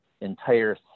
entire